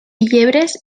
llebres